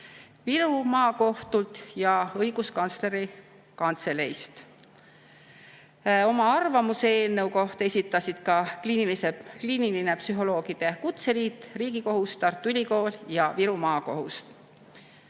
Viru Maakohtult ja Õiguskantsleri Kantseleilt. Oma arvamuse eelnõu kohta esitasid ka Eesti Kliiniliste Psühholoogide Kutseliit, Riigikohus, Tartu Ülikool ja Viru Maakohus.